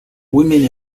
women